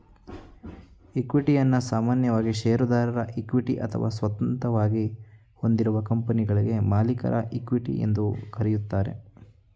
ಇಕ್ವಿಟಿಯನ್ನ ಸಾಮಾನ್ಯವಾಗಿ ಶೇರುದಾರರ ಇಕ್ವಿಟಿ ಅಥವಾ ಸ್ವಂತವಾಗಿ ಹೊಂದಿರುವ ಕಂಪನಿಗಳ್ಗೆ ಮಾಲೀಕರ ಇಕ್ವಿಟಿ ಎಂದು ಕರೆಯುತ್ತಾರೆ